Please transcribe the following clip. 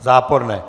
Záporné.